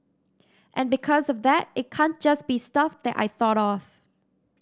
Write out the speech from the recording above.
and because of that it can't just be stuff that I thought of